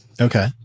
Okay